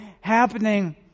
happening